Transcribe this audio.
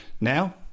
Now